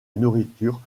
nourriture